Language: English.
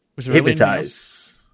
Hypnotize